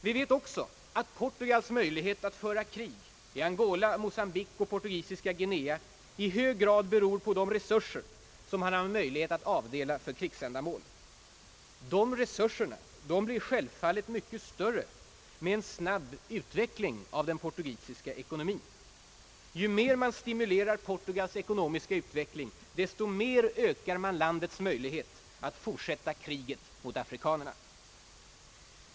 Vi vet också att Portugals möjlighet att föra krig i Angola, Mocambique och Portugisiska Guinea i hög grad beror på resurser som man har möjlighet att avdela för krigsändamål. Dessa resurser blir självfallet mycket större med en snabb utveckling av den portugisiska ekonomien. Ju mer man stimulerar Portugals ekonomiska utveckling, desto mer ökar man landets möjligheter att fortsätta kriget mot afrikanerna.